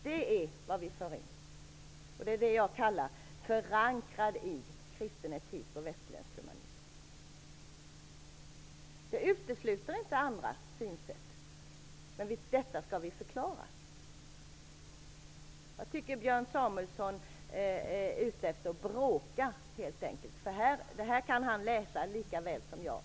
Det är vad vi för in. Det är vad jag kallar förankrad i kristen etik och västerländsk humanism. Det utesluter inte andra synsätt. Vi skall förklara detta. Jag tycker att Björn Samuelson helt enkelt är ute efter att bråka. Han kan läsa detta likaväl som jag.